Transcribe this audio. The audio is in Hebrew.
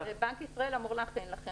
בנק ישראל אמור להכין.